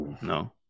No